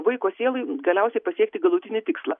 vaiko sielai galiausiai pasiekti galutinį tikslą